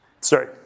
Sorry